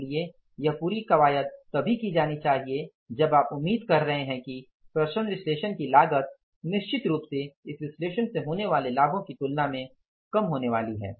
इसलिए यह पूरी कवायद तभी की जानी चाहिए जब आप उम्मीद कर रहे हैं कि प्रसरण विश्लेषण की लागत निश्चित रूप से इस विश्लेषण से होने वाले लाभों की तुलना में कम होने वाली है